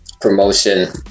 promotion